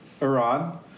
Iran